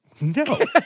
No